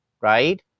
Right